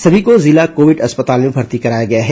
सभी को जिला कोविड अस्पताल में भर्ती कराया गया है